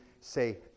say